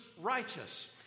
righteous